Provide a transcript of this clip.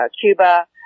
Cuba